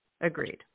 Agreed